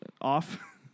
off